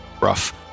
rough